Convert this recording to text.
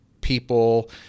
people